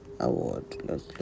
Award